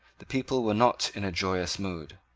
the people were not in a joyous mood.